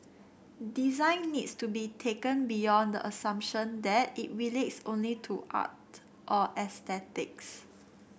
design needs to be taken beyond the assumption that it relates only to art or aesthetics